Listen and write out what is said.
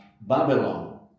Babylon